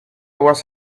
was